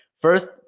first